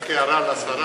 רק הערה לשרה